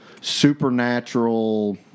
supernatural